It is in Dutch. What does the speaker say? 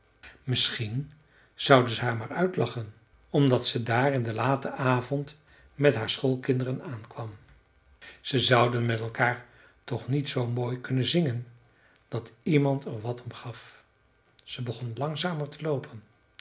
misschien zouden ze haar maar uitlachen omdat ze daar in den laten avond met haar schoolkinderen aankwam ze zouden met elkaar toch niet zoo mooi kunnen zingen dat iemand er wat om gaf ze begon langzamer te loopen